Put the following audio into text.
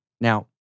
Now